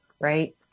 right